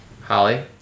Holly